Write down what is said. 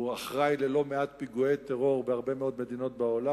הוא אחראי ללא מעט פיגועי טרור בהרבה מדינות בעולם.